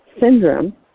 syndrome